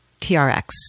TRX